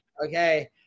Okay